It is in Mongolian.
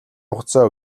хугацаа